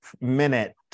minute